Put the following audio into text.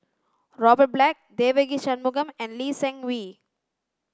Robert Black Devagi Sanmugam and Lee Seng Wee